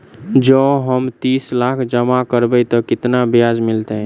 जँ हम तीस लाख जमा करबै तऽ केतना ब्याज मिलतै?